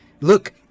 look